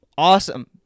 awesome